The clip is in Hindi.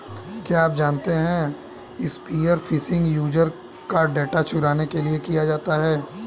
क्या आप जानते है स्पीयर फिशिंग यूजर का डेटा चुराने के लिए किया जाता है?